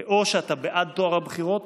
זה או שאתה בעד טוהר הבחירות